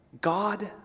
God